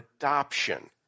adoption